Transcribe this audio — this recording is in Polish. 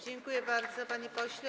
Dziękuję bardzo, panie pośle.